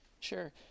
Sure